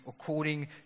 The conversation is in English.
according